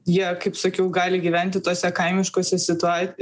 jie kaip sakiau gali gyventi tose kaimiškose situa